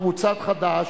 קבוצת חד"ש,